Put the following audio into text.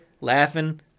laughing